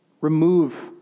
remove